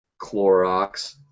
Clorox